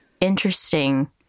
interesting